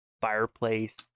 fireplace